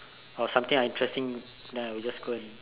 or something interesting then I'll just go and